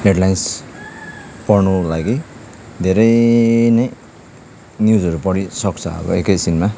headlines पढ्नुको लागि धेरै नै न्युजहरू पढिसक्छ अब एकैछिनमा